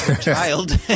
child